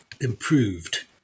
improved